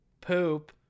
poop